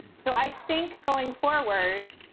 so i think going forward,